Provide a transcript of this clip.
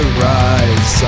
rise